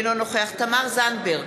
אינו נוכח תמר זנדברג,